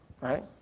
right